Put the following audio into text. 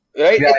right